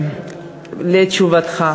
לשאלתך,